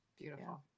beautiful